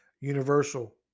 universal